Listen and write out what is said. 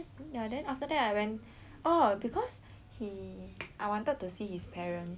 oh because he I wanted to see his parents cause I very curious